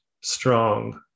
strong